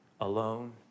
alone